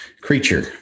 creature